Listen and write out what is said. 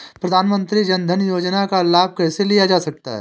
प्रधानमंत्री जनधन योजना का लाभ कैसे लिया जा सकता है?